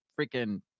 freaking